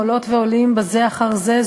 עולות ועולים בזה אחר זה,